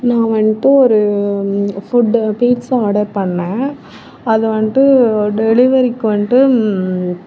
நான் வந்துட்டு ஒரு ஃபுட்டு பீட்ஸா ஆர்டர் பண்ணேன் அது வந்துட்டு டெலிவெரிக்கு வந்துட்டு